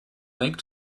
lake